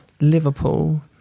Liverpool